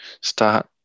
Start